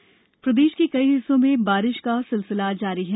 मौसम प्रदेश के कई हिस्सों में बारिश का सिलसिला जारी है